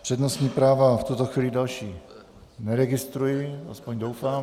Přednostní práva v tuto chvíli další neregistruji, aspoň doufám.